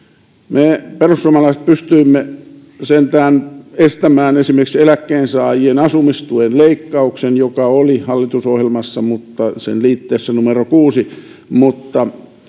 me perussuomalaiset pystyimme sentään estämään esimerkiksi eläkkeensaajien asumistuen leikkauksen joka oli hallitusohjelmassa sen liitteessä numero kuusi mutta